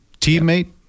teammate